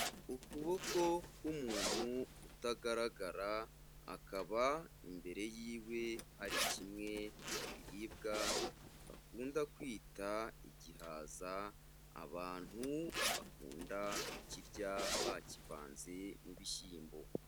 Ukuboko k'umuntu utagaragara, akaba imbere yiwe hari kimwe mu biribwa bakunda kwita igihaza, abantu bakunda kukirya bakivanze n'ibishyimbo.